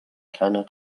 kleiner